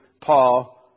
Paul